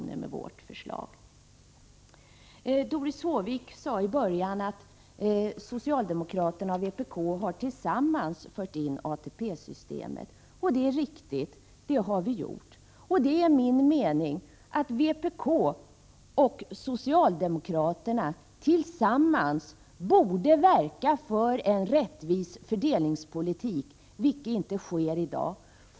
Doris Håvik sade i början av sitt anförande att socialdemokraterna och vpk tillsammans har infört ATP-systemet, och det är riktigt. Det är min mening att vpk och socialdemokraterna också tillsammans borde verka för en rättvis fördelningspolitik, vilket inte sker i dag.